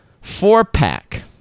four-pack